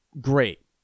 great